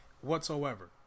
whatsoever